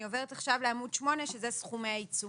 אני עוברת עכשיו לעמוד 8, שאלה סכומים העיצומים.